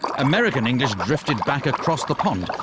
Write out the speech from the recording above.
american english drifted back across the pond,